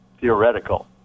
theoretical